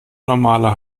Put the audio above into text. normale